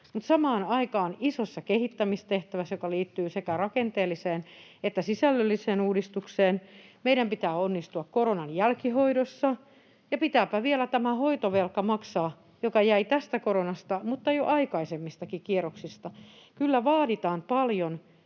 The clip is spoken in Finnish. samaan aikaan isossa kehittämistehtävässä, joka liittyy sekä rakenteelliseen että sisällölliseen uudistukseen. Meidän pitää onnistua koronan jälkihoidossa, ja pitääpä vielä tämä hoitovelka maksaa, joka jäi tästä koronasta mutta jo aikaisemmistakin kierroksista. Kyllä vaaditaan paljon,